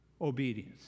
obedience